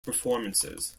performances